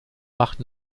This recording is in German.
macht